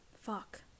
Fuck